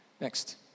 Next